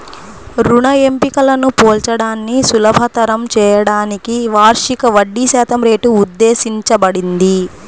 రుణ ఎంపికలను పోల్చడాన్ని సులభతరం చేయడానికి వార్షిక వడ్డీశాతం రేటు ఉద్దేశించబడింది